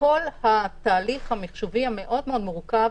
כל התהליך המחשובי המאוד-מאוד מורכב,